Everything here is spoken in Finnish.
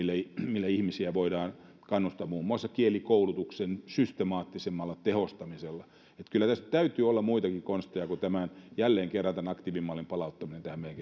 millä ihmisiä voidaan kannustaa muun muassa kielikoulutuksen systemaattisempi tehostaminen että kyllä tässä täytyy olla muitakin konsteja kuin jälleen kerran tämän aktiivimallin palauttaminen tähän meidän